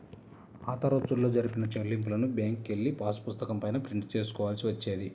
పాతరోజుల్లో జరిపిన చెల్లింపులను బ్యేంకుకెళ్ళి పాసుపుస్తకం పైన ప్రింట్ చేసుకోవాల్సి వచ్చేది